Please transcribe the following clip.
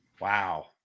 wow